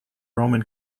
roman